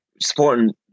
supporting